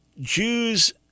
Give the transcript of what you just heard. Jews